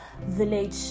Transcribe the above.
village